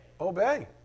Obey